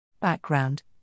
Background